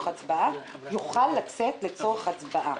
לצורך הצבעה.